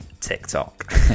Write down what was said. TikTok